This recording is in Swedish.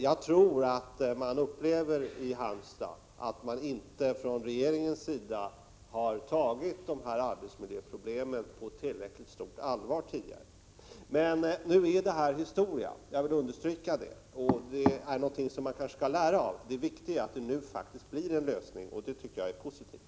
Jag tror att man i Halmstad har fått det intrycket att regeringen tidigare inte tog dessa arbetsmiljöproblem på tillräckligt stort allvar. Men nu är detta historia — jag vill understryka det — och någonting som man kanske kan lära något av. Det viktiga är att en lösning nu faktiskt kommer till stånd. Det tycker jag är positivt.